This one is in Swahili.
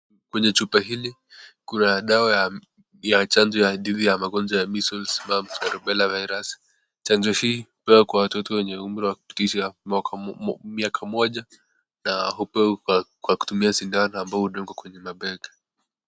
Kwenye chupa kuna dawa ya chanjo dhidi ya magonjwa ya measles. mumps na rubella virus ,chanjo hii hupewa kwa watoto wenye umri wa kupitisha mwaka mmoja na hupewa kwa kutumia sindano ambayo hudungwa kwenye mabega.